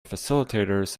facilitators